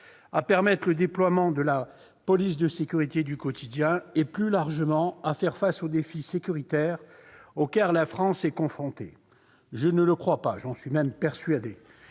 à permettre le déploiement de la police de sécurité du quotidien, et, plus largement, à faire face aux défis sécuritaires auxquels la France est confrontée ? Je ne le crois pas ! Je suis même persuadé